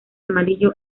amarillo